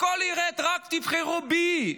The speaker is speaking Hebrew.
הכול ירד, רק תבחרו בי.